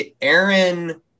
Aaron